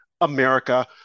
America